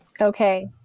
Okay